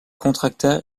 contracta